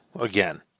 Again